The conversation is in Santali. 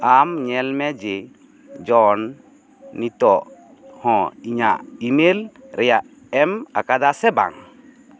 ᱟᱢ ᱧᱮᱞ ᱢᱮ ᱡᱮ ᱡᱚᱱ ᱱᱤᱛᱚᱜ ᱦᱚᱸ ᱤᱧᱟ ᱜ ᱤᱢᱮᱞ ᱨᱮᱭᱟᱜ ᱮᱢ ᱟᱠᱟᱫᱟ ᱥᱮ ᱵᱟᱝ